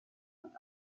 und